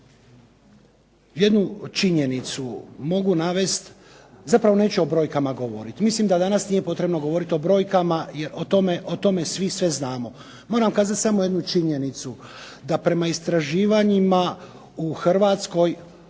jednu činjenicu mogu navesti, zapravo neću o brojkama govoriti. Mislim da danas nije potrebno govoriti o brojkama o tome svi sve znamo. Moram kazati samo jednu činjenicu, da prema istraživanjima u Hrvatskoj